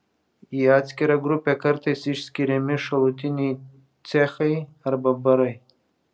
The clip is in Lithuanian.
į atskirą grupę kartais išskiriami šalutiniai cechai arba barai